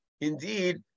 indeed